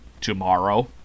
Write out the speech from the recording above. tomorrow